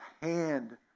hand